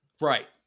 Right